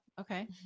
Okay